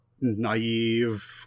naive